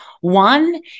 One